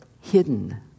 hidden